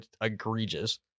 egregious